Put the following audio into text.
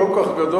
לא כל כך גדול,